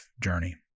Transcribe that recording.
journey